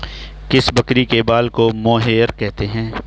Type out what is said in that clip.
किस बकरी के बाल को मोहेयर कहते हैं?